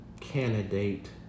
candidate